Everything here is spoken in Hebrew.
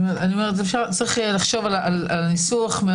צריך לחשוב על הניסוח.